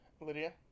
Lydia